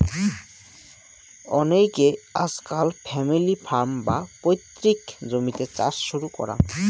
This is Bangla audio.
অনেইকে আজকাল ফ্যামিলি ফার্ম, বা পৈতৃক জমিতে চাষ শুরু করাং